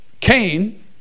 Cain